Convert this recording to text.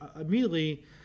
immediately